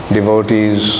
Devotees